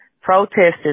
Protesters